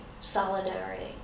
solidarity